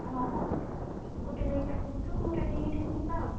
ହଁ ହଁ ସ୍କୁଟି ଧରିକି ଆସିବୁ ତୁ ମୁଁ ରେଡ଼ି ହେଇକି ଥିବି ଯିବା ଆଉ